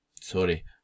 sorry